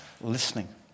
listening